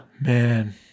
Man